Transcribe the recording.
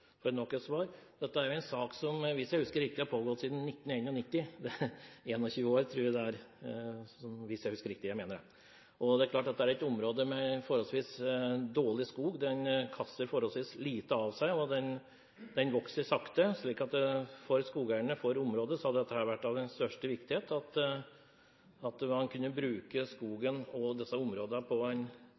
nok et svar. Dette er, hvis jeg husker riktig, en sak som har pågått siden 1991 – i 21 år. Det er klart at dette er et område med forholdsvis dårlig skog. Den kaster forholdsvis lite av seg, og den vokser sakte, slik at for skogeierne i området har det vært av største viktighet at man kunne bruke skogen og disse områdene på en